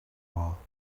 wall